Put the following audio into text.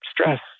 stress